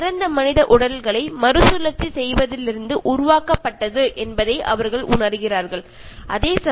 പക്ഷേ ഇത് ശരിക്കും മൃതദേഹത്തിൽ നിന്നുമാണ് ഉണ്ടാക്കിയെടുdക്കുന്നത് എന്ന് തിരിച്ചറിയുന്നു